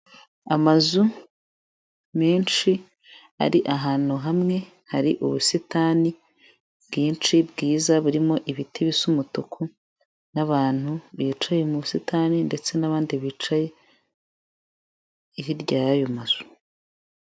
Amazu menshi ari ahantu hamwe hari ubusitani bwinshi bwiza burimo ibiti bisa umutuku n'abantu bicaye mu busitani ndetse n'abandi bicaye hirya y'ayo mazu.